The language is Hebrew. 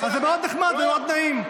זה מאוד נחמד ונעים.